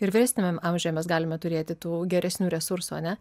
ir vyresniame amžiuje mes galime turėti tų geresnių resursų ar ne